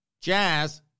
Jazz